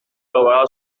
abogado